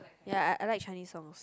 ya I I like Chinese songs